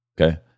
Okay